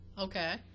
Okay